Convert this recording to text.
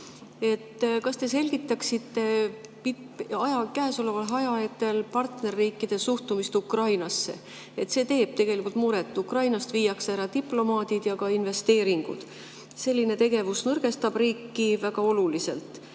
Kas te selgitaksite käesoleval ajahetkel partnerriikide suhtumist Ukrainasse? See teeb tegelikult muret. Ukrainast viiakse ära diplomaadid ja ka investeeringud. Selline tegevus nõrgestab riiki väga oluliselt.